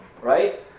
right